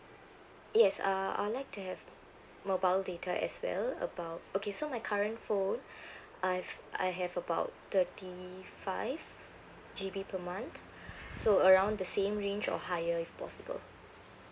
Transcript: yes uh I would like to have mobile data as well about okay so my current phone I've I have about thirty five G_B per month so around the same range or higher if possible